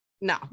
No